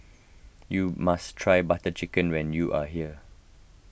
you must try Butter Chicken when you are here